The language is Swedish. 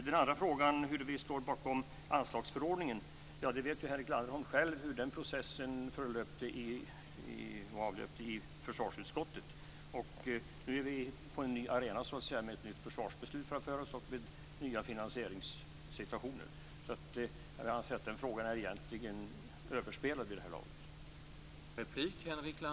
Den andra frågan gäller huruvida vi står bakom anslagsförordningen. Henrik Landerholm vet själv hur den processen avlöpte i försvarsutskottet. Nu är vi på en ny arena med ett nytt försvarsbeslut och nya finansieringssituationer. Frågan är vid det här laget överspelad.